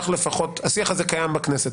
השיח הזה קיים בכנסת.